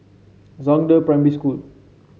Zhangde Primary School